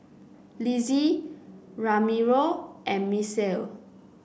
Lissie Ramiro and Misael